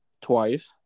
twice